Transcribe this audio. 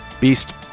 Beast